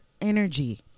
energy